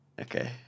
Okay